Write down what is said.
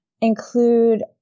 include